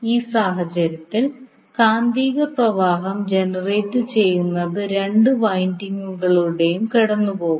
ഈ സാഹചര്യത്തിൽ കാന്തിക പ്രവാഹം ജനറേറ്റുചെയ്യുന്നത് രണ്ട് വൈൻഡിംഗുകളിലൂടെയും കടന്നുപോകും